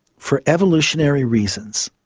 for evolutionary reasons,